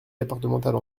départementale